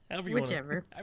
whichever